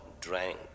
drank